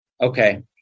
Okay